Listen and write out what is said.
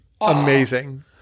Amazing